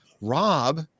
Rob